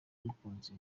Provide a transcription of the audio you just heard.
umukunzi